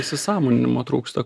įsisąmoninimo trūksta